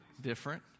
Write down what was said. different